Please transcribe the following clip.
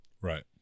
Right